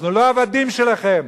אנחנו לא עבדים שלכם,